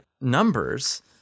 Numbers